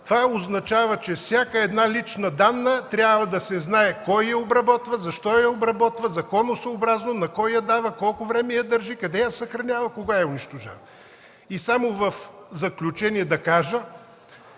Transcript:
Той означава, че всяка лична данна трябва да се знае кой я обработва, защо я обработва, дали е законосъобразно, на кой я дава, колко време я държи, къде я съхранява и кога я унищожава. В заключение само да